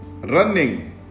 running